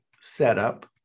setup